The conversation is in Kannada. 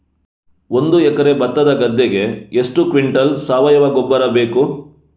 ಒಂದು ಎಕರೆ ಭತ್ತದ ಗದ್ದೆಗೆ ಎಷ್ಟು ಕ್ವಿಂಟಲ್ ಸಾವಯವ ಗೊಬ್ಬರ ಬೇಕು?